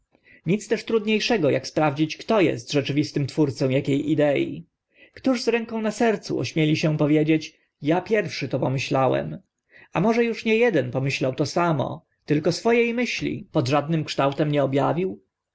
nic też trudnie szego ak sprawdzić kto est rzeczywistym twórcą akie idei któż z ręką na sercu ośmieli się powiedzieć ja pierwszy to pomyślałem a może uż nie eden pomyślał to samo tylko swo e myśli pod żadnym kształtem nie ob